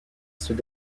ceux